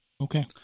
okay